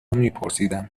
میپرسیدم